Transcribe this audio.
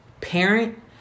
parent